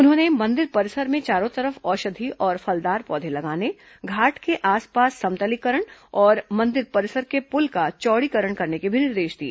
उन्होंने मंदिर परिसर में चारों तरफ औषधीय और फलदार पौधे लगाने घाट के आसपास समतलीकरण और मंदिर परिसर के पुल का चौड़ीकरण करने के भी निर्देश दिए